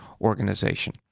organization